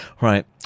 Right